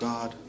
God